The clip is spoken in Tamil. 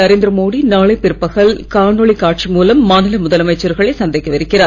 நரேந்திர மோடி நாளை பிற்பகல் காணொலி காட்சி மூலம் மாநில முதலமைச்சர்களை சந்திக்கவிருக்கிறார்